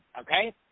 okay